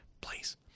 Please